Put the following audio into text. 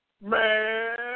man